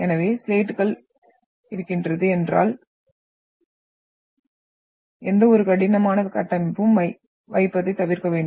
எனவே ஸ்லேட்டுகளைத் இருக்கின்றது என்றால் எந்தவொரு கனமான கட்டமைப்பையும் வைப்பதைத் தவிர்க்க வேண்டும்